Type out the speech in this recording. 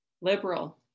liberal